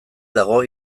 dago